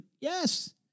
yes